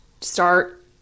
Start